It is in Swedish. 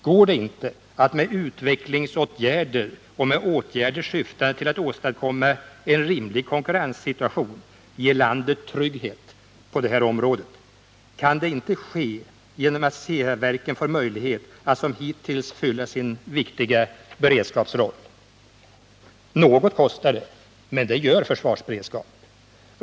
Går det inte att med utvecklingsåtgärder och med åtgärder syftande till att åstadkomma en rimligare konkurrenssituation ge landet trygghet på det här området? Kan det inte ske genom att Ceaverken får möjlighet att som hittills fylla sin viktiga beredskapsroll? Något kostar det, men det gör ju försvarsberedskap.